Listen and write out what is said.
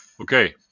okay